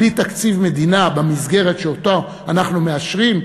בלי תקציב מדינה במסגרת שאותה אנחנו מאשרים,